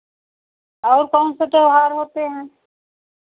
और कौन से त्योहार होते हैं